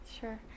Sure